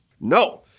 No